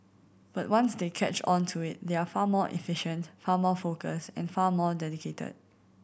but once they catch on to it they are far more efficient far more focused and far more dedicated